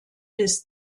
bis